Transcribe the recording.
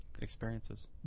experiences